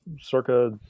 circa